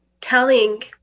Telling